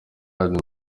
ayandi